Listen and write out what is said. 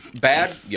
bad